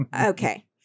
Okay